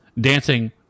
dancing